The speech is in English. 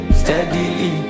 steadily